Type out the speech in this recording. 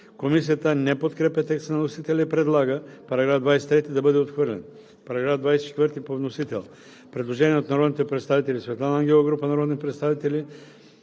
Комисията не подкрепя текста на вносителя и предлага § 24 да бъде отхвърлен. По § 25 по вносител има предложение от народния представител Светлана Ангелова и група народни представители.